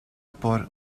por